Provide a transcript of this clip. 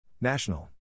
National